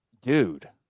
dude